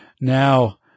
Now